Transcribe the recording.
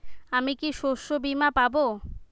আমি কি শষ্যবীমা পাব?